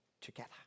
together